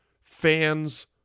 Fans